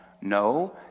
no